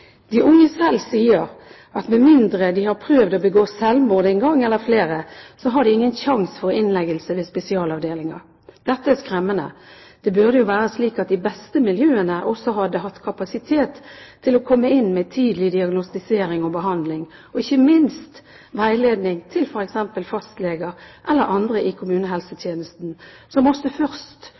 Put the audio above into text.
De unge selv sier at med mindre de har prøvd å begå selvmord en gang eller flere, har de ingen sjanse for innleggelse ved spesialavdelinger. Dette er skremmende. Det burde jo være slik at de beste miljøene også hadde hatt kapasitet til å komme inn med tidlig diagnostisering og behandling og ikke minst veiledning til f.eks. fastleger eller andre i kommunehelsetjenesten som ofte først